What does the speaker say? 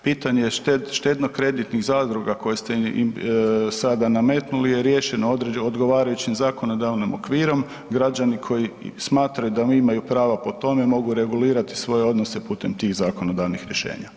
Pitanje je štedno-kreditnih zadruga koja ste sada nametnuli je riješeno odgovarajućim zakonodavnim okvirom, građani koji smatraju da imaju prava po tome, mogu regulirati svoje odnose putem tih zakonodavnih rješenja.